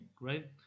right